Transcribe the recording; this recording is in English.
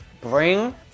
bring